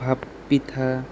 ভাপ পিঠা